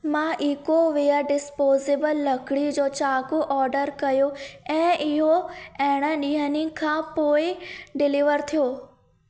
मां Ecoware disposable लकिड़ी जो चक़ू ऑर्डर कयो ऐं इहो अरिड़हं ॾींहनि खां पोइ डिलीवर थियो